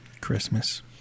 Christmas